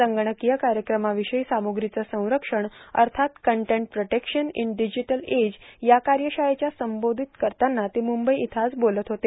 संगणकीय कार्यक्रमविषयक सामुग्रीचं संरक्षण अर्थात content protection in digital age या कार्यशाळेला संबोधित करताना ते मुंबई इथं आज बोलत होते